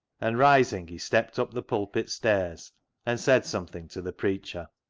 and, rising, he stepped up the pulpit stairs and said something to the preacher.